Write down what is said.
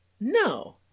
No